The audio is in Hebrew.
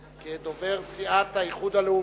כדובר סיעת האיחוד הלאומי.